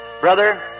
Brother